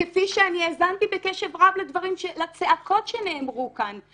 --- כפי שאני האזנתי בקשב רב לצעקות שנאמרו כאן.